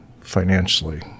financially